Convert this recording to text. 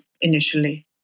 initially